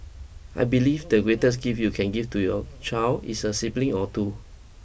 I believe the greatest gift you can give to your child is a sibling or two